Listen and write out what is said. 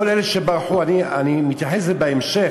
כל אלה שברחו, אני מתייחס לזה בהמשך,